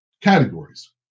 categories